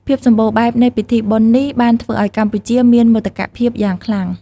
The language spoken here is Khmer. ភាពសម្បូរបែបនៃពិធីបុណ្យនេះបានធ្វើឲ្យកម្ពុជាមានមោទកភាពយ៉ាងខ្លាំង។